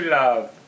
love